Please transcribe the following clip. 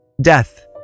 Death